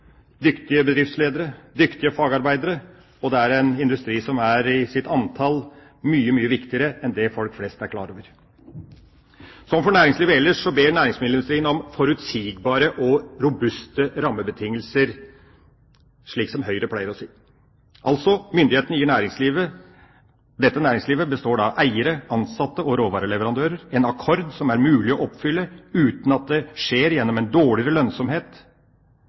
dyktige bedriftsledere, dyktige fagarbeidere. Det er en industri som på grunn av sitt antall ansatte er mye, mye viktigere enn det folk flest er klar over. Som næringslivet ellers ber næringsmiddelindustrien om forutsigbare og robuste rammebetingelser, som Høyre pleier å si. Altså: Myndighetene må gi næringslivet – dette næringslivet består av eiere, ansatte og råvareleverandører – en akkord som det er mulig å oppfylle uten at det skjer gjennom en dårligere lønnsomhet